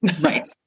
Right